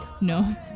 No